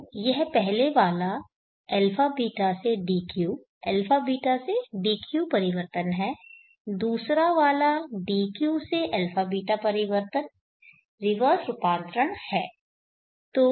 तो यह पहले वाला α β से d q α β से d q परिवर्तन है दूसरा वाला d q से α β परिवर्तन रिवर्स रूपांतरण है